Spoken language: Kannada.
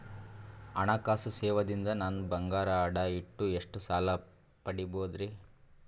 ಹಣಕಾಸು ಸೇವಾ ದಿಂದ ನನ್ ಬಂಗಾರ ಅಡಾ ಇಟ್ಟು ಎಷ್ಟ ಸಾಲ ಪಡಿಬೋದರಿ?